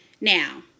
now